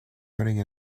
wedding